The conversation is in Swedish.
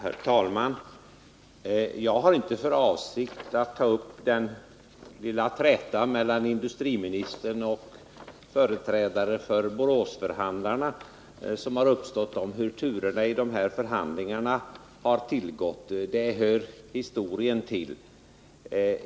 Herr talman! Jag har inte för avsikt att ta upp den lilla träta som uppstått mellan industriministern och företrädare för Boråsförhandlarna och som gäller turerna i de förhandlingar som förts. Det hör historien till.